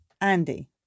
andy